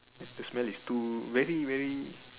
the the smell is too very very